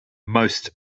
most